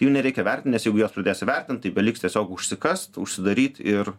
jų nereikia vertint nes juk juos pradėsi vertint beliks tiesiog užsikast užsidaryt ir